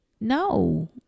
No